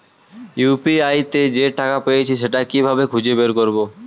UPI তে যে টাকা পেয়েছি সেটা কিভাবে খুঁজে বের করবো?